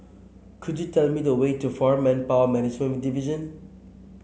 could you tell me the way to Foreign Manpower Management Division